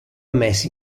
ammesse